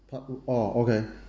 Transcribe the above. part two oh okay